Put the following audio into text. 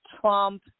Trump